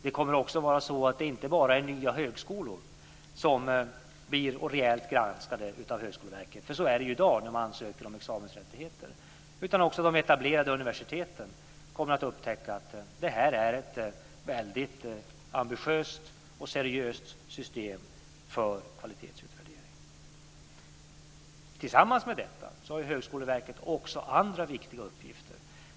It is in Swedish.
Det kommer också att vara så att det inte bara är nya högskolor som blir rejält granskade av Högskoleverket - så är det ju i dag när man ansöker om examensrättigheter - utan också de etablerade universiteten kommer att upptäcka att det här är ett väldigt ambitiöst och seriöst system för kvalitetsutvärdering. Tillsammans med detta har ju Högskoleverket också andra viktiga uppgifter.